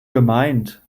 gemeint